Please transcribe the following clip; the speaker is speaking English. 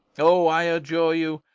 o, i adjure you,